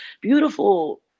beautiful